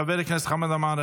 חבר הכנסת חמד עמאר,